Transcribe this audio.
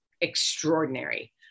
extraordinary